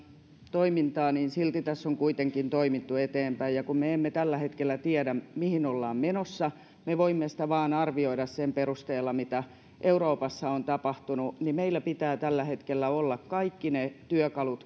toimintaa niin silti tässä on kuitenkin toimittu eteenpäin kun me emme tällä hetkellä tiedä mihin ollaan menossa me voimme sitä vain arvioida sen perusteella mitä euroopassa on tapahtunut niin meillä pitää tällä hetkellä olla tässä maassa käytössä kaikki ne työkalut